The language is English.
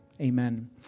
Amen